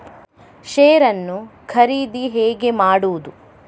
Share ನ್ನು ಖರೀದಿ ಹೇಗೆ ಮಾಡುವುದು?